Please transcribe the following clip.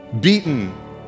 beaten